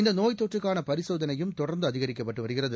இந்த நோய் தொற்றுக்கான பரிசோதனையும் தொடர்ந்து அதிகரிக்கப்பட்டு வருகிறது